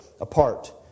Apart